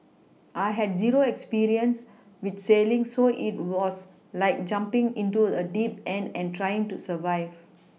I had zero experience with sailing so it was like jumPing into a deep end and trying to survive